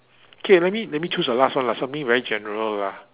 okay let me let me choose the last one something very general lah